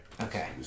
Okay